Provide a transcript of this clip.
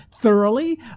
thoroughly